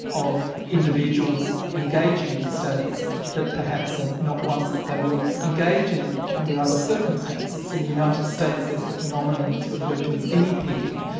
of indviduals engaging in studies that perhaps are and not ones that they would engage in under other circumstances. in the united states there's the phenomenon that's referred to as guinea-pigging,